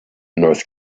north